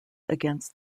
against